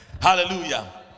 Hallelujah